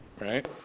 Right